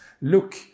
look